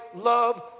love